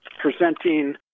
presenting